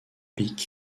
pics